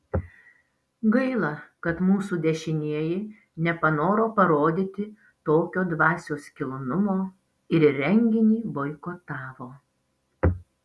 gaila kad mūsų dešinieji nepanoro parodyti tokio dvasios kilnumo ir renginį boikotavo